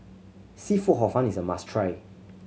seafood Hor Fun is a must try